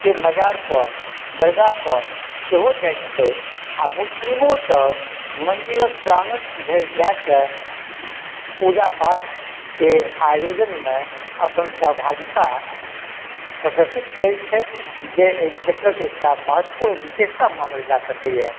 के मजार पर दरगाह पर सेहो जाइत छथि आ मुस्लिमो सब मंदिरके प्राङ्गण धरि जाके पूजा पाठकेंँ आयोजनमे अपन सहभागिता प्रदर्शित करैत छथि जे क्षेत्रके एकटा महत्वपूर्ण विशेषता मानल सकैए